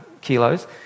kilos